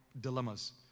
dilemmas